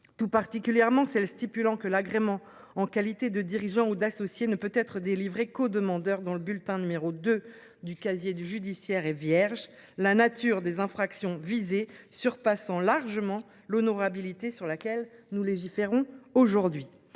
tout particulièrement celle stipulant que l'agrément en qualité de dirigeant ou d'associer ne peut être délivrée qu'aux demandeurs dans le bulletin numéro 2 du casier du judiciaire est vierge. La nature des infractions visées surpassant largement l'honorabilité sur laquelle nous légiférons aujourd'hui